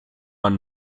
man